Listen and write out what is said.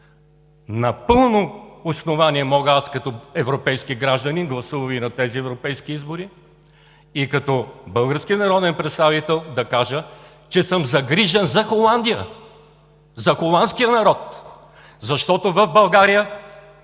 С пълно основание мога като европейски гражданин, гласувал и на тези европейски избори, и като български народен представител да кажа, че съм загрижен за Холандия, за холандския народ, защото в България